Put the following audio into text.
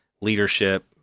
leadership